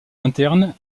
interne